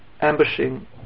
ambushing